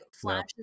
flashes